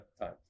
time